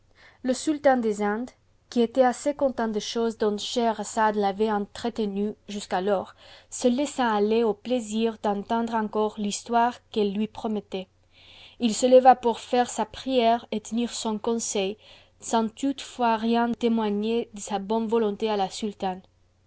le sultan des indes qui était assez content des choses dont scheherazade l'avait entretenu jusqu'alors se laissa aller au plaisir d'entendre encore l'histoire qu'ette lui promettait il se leva pour faire sa prière et tenir son conseit sans toutefois rien témoigner de sa bonne volonté à la sultane